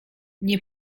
nie